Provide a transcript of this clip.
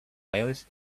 playlist